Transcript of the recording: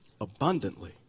abundantly